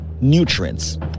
nutrients